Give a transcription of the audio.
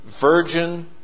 virgin